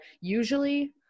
Usually